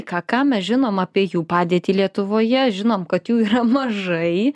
ką ką mes žinom apie jų padėtį lietuvoje žinom kad jų yra mažai